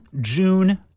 June